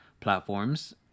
platforms